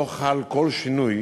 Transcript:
לא חל כל שינוי